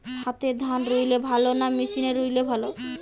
হাতে ধান রুইলে ভালো না মেশিনে রুইলে ভালো?